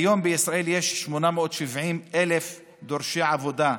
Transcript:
כיום בישראל יש 870,000 דורשי עבודה,